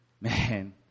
Man